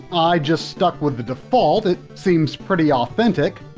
i just stuck with the default, it seems pretty authentic.